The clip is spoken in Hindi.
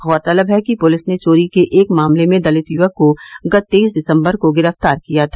गौरतलब है कि पुलिस ने चोरी के एक मामले में दलित युवक को गत तेईस दिसम्बर को गिरफ्तार किया था